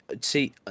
See